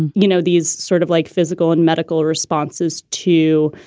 and you know, these sort of like physical and medical responses to,